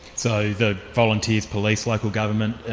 so the volunteers, police, local government,